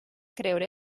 creure